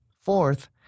Fourth